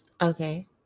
okay